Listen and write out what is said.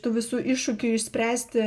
tų visų iššūkių išspręsti